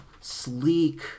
sleek